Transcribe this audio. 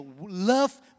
Love